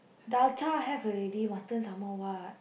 dalcha have already mutton some more what